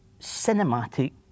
cinematic